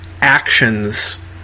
actions